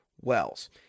Wells